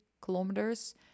kilometers